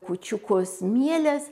kūčiukus mieles